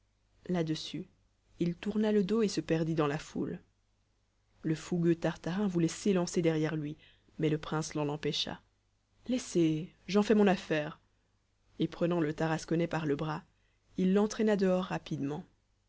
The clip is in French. là-dessus il tourna le dos et se perdit dans la foule le fougueux tartarin voulait s'élancer derrière lui mais le prince l'en empêcha laissez j'en fais mon affaire et prenant le tarasconnais par le bras il l'entraîna dehors rapidement